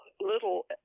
little